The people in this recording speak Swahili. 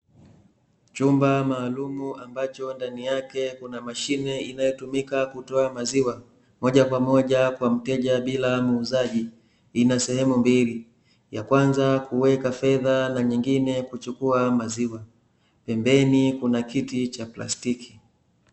Chumba maalumu ambaco ndani yake kuna mashine inayotumika kutoa maziwa moja kwa moja kwa mteja bila muuzaji. Ina sehemu mbili; ya kwanza kuweka fedha, na nyingine kuchukua maziwa. Pembeni kuna kiti cha plastiki.